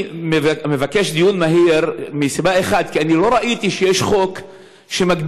אני מבקש דיון מהיר מסיבה אחת: כי אני לא ראיתי שיש חוק שמגביל,